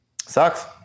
Sucks